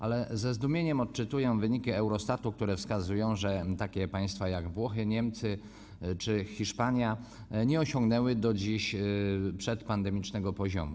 Ale ze zdumieniem odczytuję wyniki Eurostatu, które wskazują, że takie państwa jak Włochy, Niemcy czy Hiszpania nie osiągnęły do dziś przedpandemicznego poziomu.